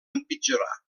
empitjorar